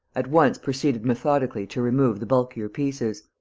at once proceeded methodically to remove the bulkier pieces.